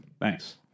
Thanks